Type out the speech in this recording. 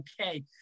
okay